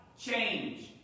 change